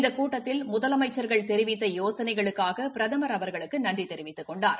இந்த கூட்டத்தில் முதலமைச்சர்கள் தெரிவித்த யோசனைகளுக்காக பிரதமர் அவர்களுக்கு நன்றி தெரிவித்துக் கொண்டார்